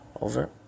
Over